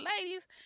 ladies